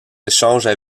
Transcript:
échanges